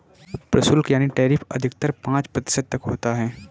प्रशुल्क यानी टैरिफ अधिकतर पांच प्रतिशत तक होता है